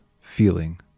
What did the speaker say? feeling